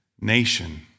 nation